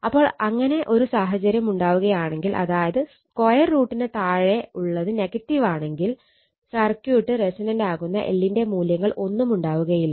അപ്പോൾ ഇങ്ങനെ ഒരു സാഹചര്യം ഉണ്ടാവുകയാണെങ്കിൽ അതായത് സ്ക്വയർ റൂട്ടിന് താഴെ താഴെ ഉള്ളത് നെഗറ്റീവാണെങ്കിൽ സർക്യൂട്ട് റെസൊണന്റ് ആക്കുന്ന L ന്റെ മൂല്യങ്ങൾ ഒന്നും ഉണ്ടാവുകയില്ല